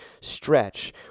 stretch